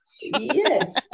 Yes